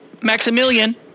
Maximilian